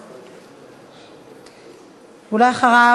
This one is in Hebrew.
ואחריו,